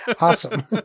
awesome